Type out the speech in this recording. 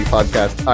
Podcast